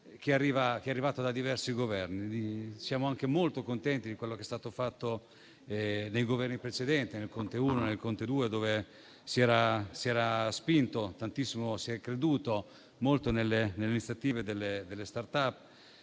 arrivata da diversi Governi. Siamo anche molto contenti di quello che è stato fatto nei Governi precedenti, nel Conte I e nel Conte II, dove si è spinto tantissimo in questa direzione, si è creduto molto nelle iniziative delle *start-up*